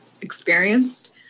experienced